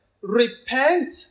Repent